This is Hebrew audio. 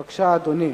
בבקשה, אדוני.